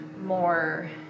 more